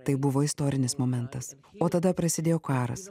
tai buvo istorinis momentas o tada prasidėjo karas